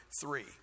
Three